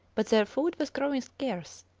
but their food was growing scarce,